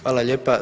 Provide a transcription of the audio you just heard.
Hvala lijepa.